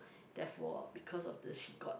therefore because of this she got